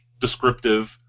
descriptive